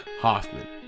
Hoffman